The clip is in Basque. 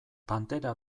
pantera